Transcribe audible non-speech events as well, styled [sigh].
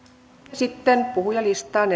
sitten puhujalistaan [unintelligible]